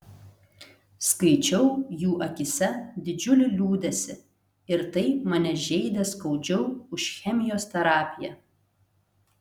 skaičiau jų akyse didžiulį liūdesį ir tai mane žeidė skaudžiau už chemijos terapiją